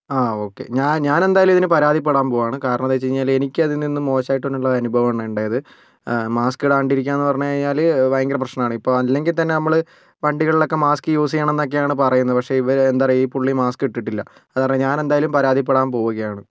ആ ഓക്കെ ഞാൻ ഞാൻ എന്തായാലും ഇതിന് പരാതിപ്പെടാൻ പോവുവാണ് കാരണം എന്താണ് വെച്ചുകഴിഞ്ഞാൽ എനിക്കതിൽ നിന്നും മോശയിട്ടുള്ളൊരു അനുഭവം ആണ് ഉണ്ടായത് മാസ്ക് ഇടാണ്ട് ഇരിക്കുക എന്ന് പറഞ്ഞുകഴിഞ്ഞാൽ ഭയങ്കര പ്രശ്നമാണ് ഇപ്പോൾ അല്ലെങ്കിൽ തന്നെ നമ്മൾ വണ്ടികളിലൊക്കെ മാസ്ക് യൂസ് ചെയ്യണം എന്നൊക്കെയാണ് പറയുന്നത് പക്ഷേ ഇവർ എന്താണ് പറയുക ഈ പുള്ളി മാസ്ക് ഇട്ടിട്ടില്ല അത് കാരണം ഞാൻ എന്തായാലും പരാതിപ്പെടാൻ പോവുകയാണ്